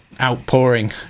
outpouring